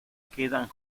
quedan